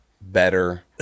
better